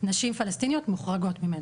נשים פלסטיניות מוחרגות ממנו.